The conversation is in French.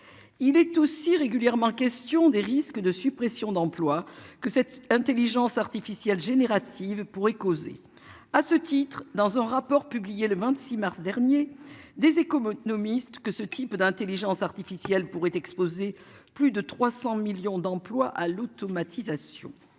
Il est aussi régulièrement question des risques de suppressions d'emplois que cette Intelligence artificielle générative pourrait causer à ce titre, dans un rapport publié le 26 mars dernier des m'autonomistes que ce type d'Intelligence artificielle pourrait exposer plus de 300 millions d'emplois à l'automatisation.